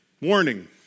Warning